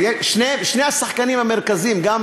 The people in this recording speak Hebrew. שני השחקנים המרכזיים, גם